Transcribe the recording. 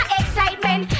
excitement